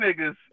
niggas